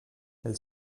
els